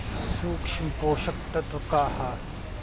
सूक्ष्म पोषक तत्व का ह?